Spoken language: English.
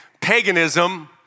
paganism